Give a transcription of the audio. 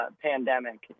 pandemic